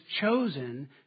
chosen